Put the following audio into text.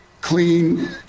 clean